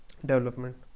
development